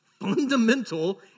fundamental